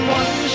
one